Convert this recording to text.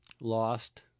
lost